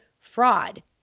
fraud